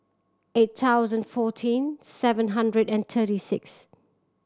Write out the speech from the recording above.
eight thousand fourteen seven hundred and thirty six